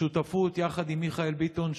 בשותפות עם מיכאל ביטון,